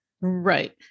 Right